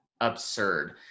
absurd